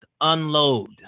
unload